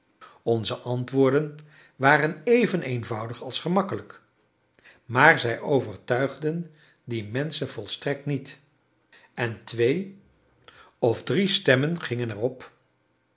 onze antwoorden waren even eenvoudig als gemakkelijk maar zij overtuigden die menschen volstrekt niet en twee of drie stemmen gingen er